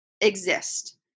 exist